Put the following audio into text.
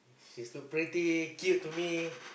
she's too pretty cute to me